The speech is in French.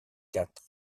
quatre